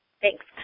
Thanks